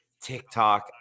TikTok